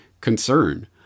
concern